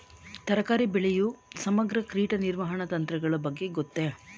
ತರಕಾರಿ ಬೆಳೆಯ ಸಮಗ್ರ ಕೀಟ ನಿರ್ವಹಣಾ ತಂತ್ರಗಳ ಬಗ್ಗೆ ಗೊತ್ತೇ?